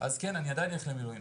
אז כן, אני עדיין הולך למילואים.